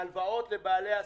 הלוואות מהבנקים לבעלי העסקים.